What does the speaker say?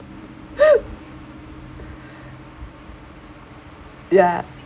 ya